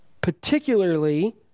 particularly